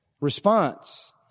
response